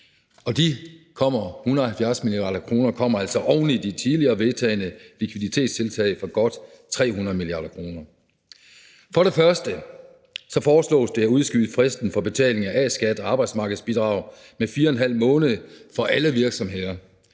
kr. kommer altså oven i de tidligere vedtagne likviditetstiltag for godt 300 mia. kr. For det første foreslås det at udskyde fristen for betaling af A-skat og arbejdsmarkedsbidrag med 4½ måned for alle virksomheder.